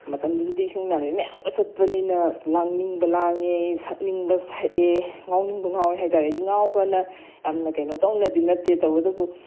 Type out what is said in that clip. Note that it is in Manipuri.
ꯃꯇꯝꯗꯨꯗꯗꯤ ꯏꯁꯨꯡ ꯏꯃꯥꯟꯅꯕꯤ ꯃꯌꯥꯝꯒ ꯆꯠꯄꯅꯤꯅ ꯑꯁ ꯂꯥꯡꯅꯤꯡꯕ ꯂꯥꯡꯉꯦ ꯁꯛꯅꯤꯡꯕ ꯁꯛꯑꯦ ꯉꯥꯎꯅꯤꯡꯕ ꯉꯥꯎꯋꯦ ꯍꯥꯏꯇꯥꯔꯦ ꯍꯥꯏꯗꯤ ꯉꯥꯎꯕꯑꯅ ꯌꯥꯝꯅ ꯀꯩꯅꯣ ꯇꯧꯅꯗꯤ ꯅꯠꯇꯦ ꯇꯧꯕꯇꯕꯨ